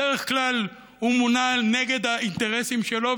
בדרך כלל הוא מונע נגד האינטרסים שלו,